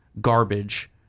garbage